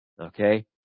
Okay